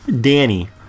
Danny